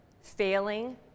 failing